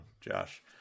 Josh